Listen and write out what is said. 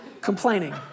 complaining